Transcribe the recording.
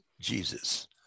Jesus